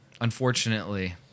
Unfortunately